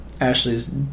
Ashley's